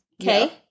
Okay